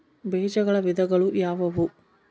ಬೇಜಗಳ ವಿಧಗಳು ಯಾವುವು?